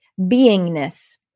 beingness